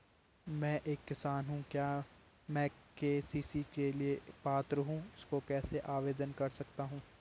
मैं एक किसान हूँ क्या मैं के.सी.सी के लिए पात्र हूँ इसको कैसे आवेदन कर सकता हूँ?